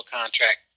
contract